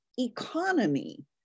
economy